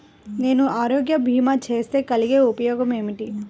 నేను ఆరోగ్య భీమా చేస్తే కలిగే ఉపయోగమేమిటీ?